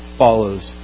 follows